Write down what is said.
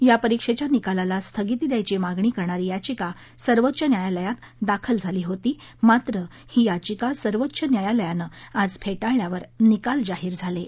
या परीक्षेच्या निकालाला स्थगिती द्यायची मागणी करणारी याचिका सर्वोच्च न्यायालयात दाखल झाली होती मात्र ही याचिका सर्वोच्च न्यायालयानं आज फे ळिल्यावर निकाल जाहीर झाले आहेत